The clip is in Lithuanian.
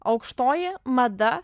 aukštoji mada